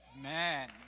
Man